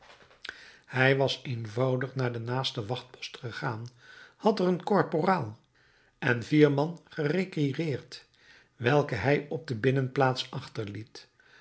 hij was eenvoudig naar den naasten wachtpost gegaan had er een korporaal en vier man gerequireerd welke hij op de binnenplaats achterliet